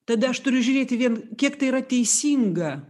tada aš turiu žiūrėti vien kiek tai yra teisinga